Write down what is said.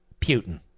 Putin